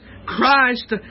Christ